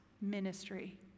ministry